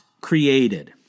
created